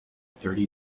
thirty